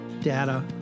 data